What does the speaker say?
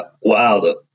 Wow